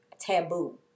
taboo